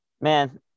Man